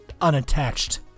unattached